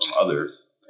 others